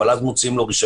אבל אז מוציאים לו רישיון,